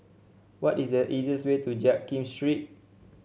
what is the easiest way to Jiak Kim Street